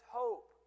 hope